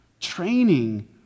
training